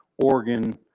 Oregon